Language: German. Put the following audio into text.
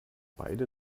beide